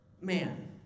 Man